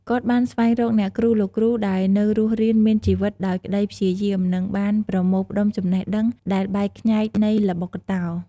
គាត់បានស្វែងរកអ្នកគ្រូ លោកគ្រូដែលនៅរស់រានមានជីវិតដោយក្ដីព្យាយាម និងបានប្រមូលផ្តុំចំណេះដឹងដែលបែកខ្ញែកនៃល្បុក្កតោ។